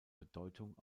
bedeutung